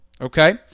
Okay